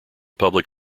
public